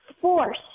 force